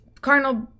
carnal